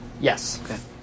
Yes